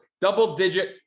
double-digit